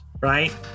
right